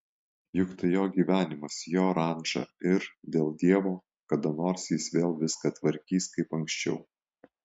juk tai jo gyvenimas jo ranča ir dėl dievo kada nors jis vėl viską tvarkys kaip anksčiau